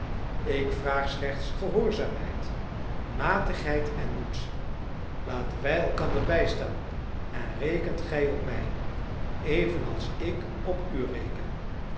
ik vraag slechts gehoorzaamheid matigheid en moed laten wij elkander bijstaan en rekent gij op mij evenals ik op u reken